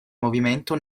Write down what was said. movimento